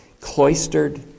cloistered